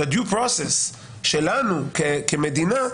של ה-דיו פרוסס שלנו כמדינה.